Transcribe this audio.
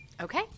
Okay